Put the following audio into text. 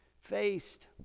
faced